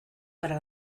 para